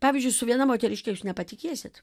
pavyzdžiui su viena moteriške aš nepatikėsite